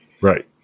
Right